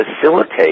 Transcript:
facilitate